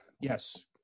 Yes